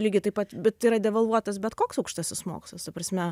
lygiai taip pat bet yra devalvuotas bet koks aukštasis mokslas ta prasme